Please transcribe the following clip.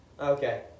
Okay